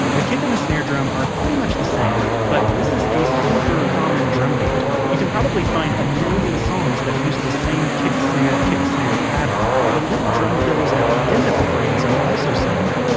the kick and snare drum are pretty much the same, but this is a super common drum beat. you can probably find a million songs that use the same kick-snare-kick-snare pattern the little drum fills at the end of the phrase are also similar,